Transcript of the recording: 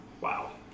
Wow